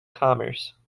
commerce